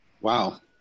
Wow